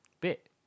bit